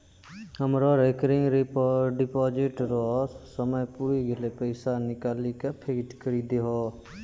हमरो recurring deposit रो समय पुरी गेलै पैसा निकालि के फिक्स्ड करी दहो